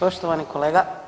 Poštovani kolega.